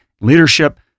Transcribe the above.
leadership